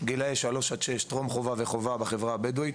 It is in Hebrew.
גילאי 3-6 טרום חובה וחובה בחברה הבדואית.